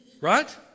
Right